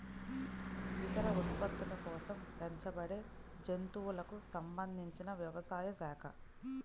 ఇతర ఉత్పత్తుల కోసం పెంచబడేజంతువులకు సంబంధించినవ్యవసాయ శాఖ